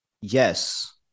Yes